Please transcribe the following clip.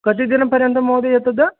कति दिनपर्यन्तं महोदय तत्